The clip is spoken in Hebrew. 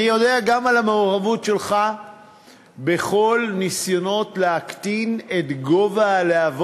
אני יודע גם על המעורבות שלך בכל הניסיונות להנמיך את הלהבות.